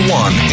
one